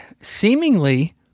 seemingly